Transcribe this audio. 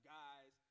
guys